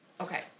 okay